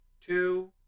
two